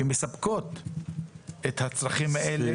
שמספקות את הצרכים האלה,